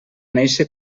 néixer